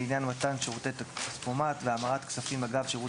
לעניין מתן שירותי כספומט והמרת כספים אגב שירות